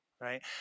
right